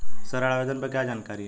ऋण आवेदन पर क्या जानकारी है?